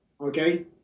okay